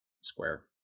square